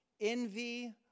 envy